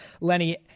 Lenny